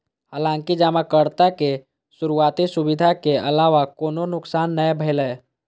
हालांकि जमाकर्ता के शुरुआती असुविधा के अलावा कोनो नुकसान नै भेलै